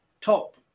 top